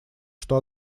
что